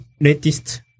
latest